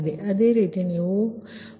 ಅದೇ ರೀತಿ ನೀವು Yqq ಗೆ ಹೋದರೆ ಸರಿ